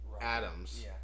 Adams